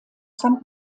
san